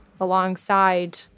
alongside